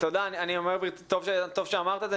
טוב שאמרת את זה,